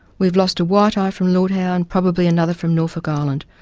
we have lost a white-eye from lord howe and probably another from norfolk island,